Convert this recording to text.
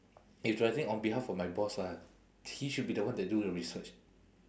it's writing on behalf of my boss lah he should be the one that do the research